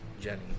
Jenny